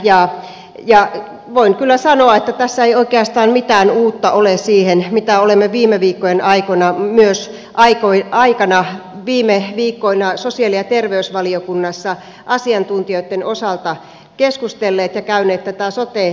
ja voin kyllä sanoa että tässä ei oikeastaan mitään uutta ole siihen mitä olemme viime viikkojen aikana mies aikoi aikana viime viikkoina sosiaali ja terveysvaliokunnassa asiantuntijoitten osalta keskustelleet ja käyneet tätä sote asiaa läpi